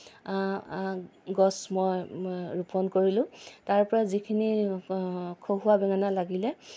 গছ মই ৰোপন কৰিলোঁ তাৰ পৰা যিখিনি খহুৱা বেঙেনা লাগিলে